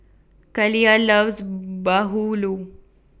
Kaliyah loves Bahulu